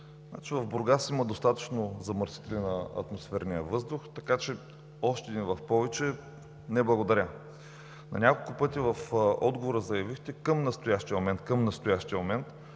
в Бургас има достатъчно замърсители на атмосферния въздух, така че още един в повече, не, благодаря. На няколко пъти в отговора заявихте „към настоящия момент, към настоящия момент“,